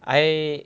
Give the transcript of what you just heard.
I